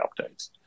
updates